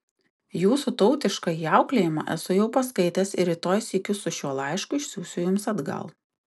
jūsų tautiškąjį auklėjimą esu jau paskaitęs ir rytoj sykiu su šiuo laišku išsiųsiu jums atgal